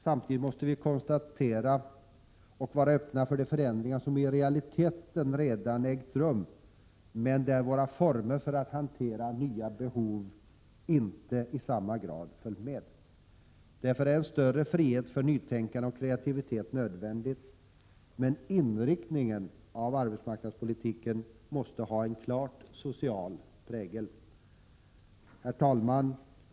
Samtidigt måste vi både konstatera och vara öppna för de förändringar som i realiteten redan har ägt rum men där våra former att hantera nya behov inte i samma grad har följt med. Därför är en större frihet för nytänkande och kreativitet någonting nödvändigt, men inriktningen av arbetsmarknadspolitiken måste ha en klart social prägel. Herr talman!